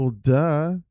Duh